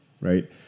right